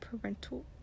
parental